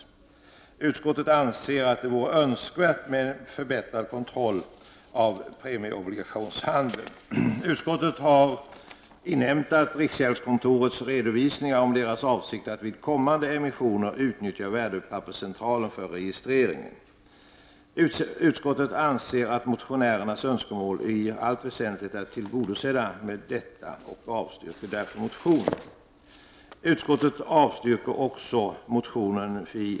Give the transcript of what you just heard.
Utskottet anser att det vore önskvärt med en förbättrad kontroll av premieobligationshandeln. Utskottet har inhämtat riksgäldskontorets redovisning av dess avsikt att vid kommande emissioner utnyttja Värdepapperscentralen för registreringen. Med detta anser utskottet att motionärernas önskemål är i allt väsentligt tillgodosedda, och därför avstyrks motionen.